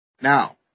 Now